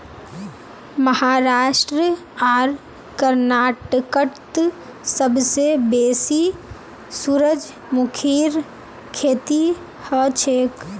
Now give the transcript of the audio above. महाराष्ट्र आर कर्नाटकत सबसे बेसी सूरजमुखीर खेती हछेक